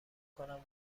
کنم